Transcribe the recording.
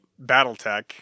Battletech